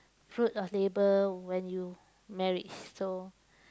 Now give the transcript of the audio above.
fruit of labour when you married so